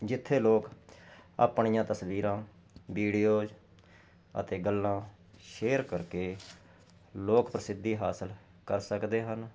ਜਿੱਥੇ ਲੋਕ ਆਪਣੀਆਂ ਤਸਵੀਰਾਂ ਵੀਡੀਓਜ਼ ਅਤੇ ਗੱਲਾਂ ਸ਼ੇਅਰ ਕਰਕੇ ਲੋਕ ਪ੍ਰਸਿੱਧੀ ਹਾਸਿਲ ਕਰ ਸਕਦੇ ਹਨ